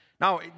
Now